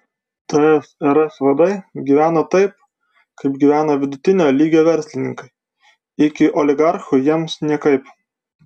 tsrs vadai gyveno taip kaip gyvena vidutinio lygio verslininkai iki oligarchų jiems niekaip